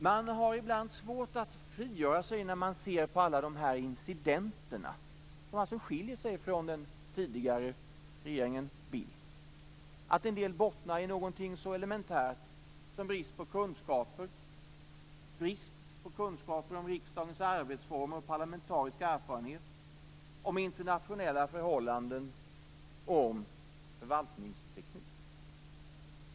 Man har ibland svårt, när man ser på alla de här incidenterna som alltså skiljer sig från den tidigare regeringen Bildt, att frigöra sig från misstanken att en del bottnar i något så elementärt som brist på kunskaper om riksdagens arbetsformer, på parlamentarisk erfarenhet och på kunskaper om internationella förhållanden och förvaltningsteknik.